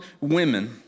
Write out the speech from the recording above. women